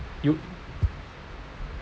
you